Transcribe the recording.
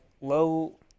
low